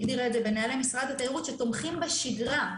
הגדירה את זה בנהלי משרד התיירות שתומכים בשגרה,